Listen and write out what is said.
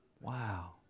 Wow